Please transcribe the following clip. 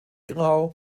grau